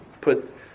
put